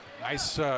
Nice